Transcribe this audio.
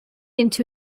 into